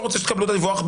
לא רוצה שתקבלו את הדיווח,